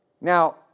Now